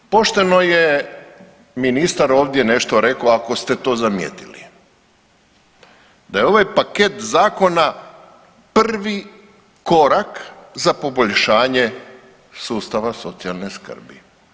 Pošteno je ministar nešto ovdje rekao ako ste to zamijetili, da je ovaj paket zakona prvi korak za poboljšanje sustava socijalne skrbi.